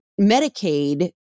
Medicaid